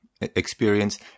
experience